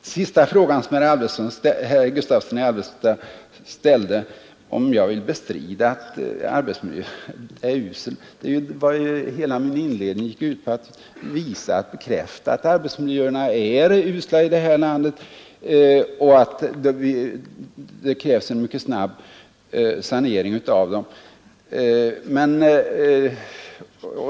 Den sista frågan som herr Gustavsson i Alvesta ställde var om jag ville bestrida att arbetsmiljön är usel. Hela min inledning gick ut på att visa och bekräfta att arbetsmiljöerna är usla här i landet och att det krävs en mycket snabb sanering av dem.